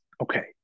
Okay